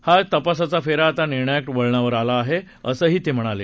हा तपासाचा फेरा आता निर्णायक वळणावर आला आहे असंही ते म्हणाले